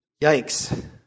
Yikes